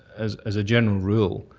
as as a general rule,